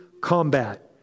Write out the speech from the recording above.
combat